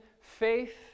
Faith